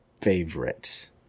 favorite